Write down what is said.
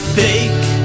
fake